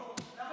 נו, נו.